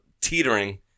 teetering